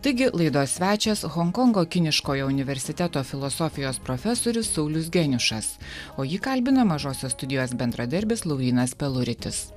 taigi laidos svečias honkongo kiniškojo universiteto filosofijos profesorius saulius geniušas o jį kalbina mažosios studijos bendradarbis laurynas peluritis